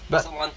but